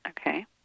Okay